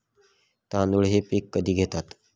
तांदूळ हे पीक कधी घेतात?